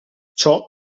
ciò